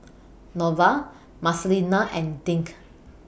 Norval Marcelina and Dink